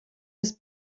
his